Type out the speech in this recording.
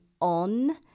on